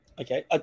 Okay